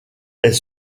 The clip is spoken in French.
est